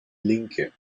linke